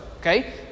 okay